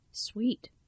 sweet